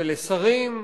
ולשרים,